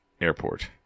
airport